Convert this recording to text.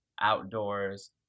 outdoors